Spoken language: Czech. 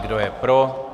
Kdo je pro?